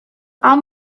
all